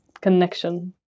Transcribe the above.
connection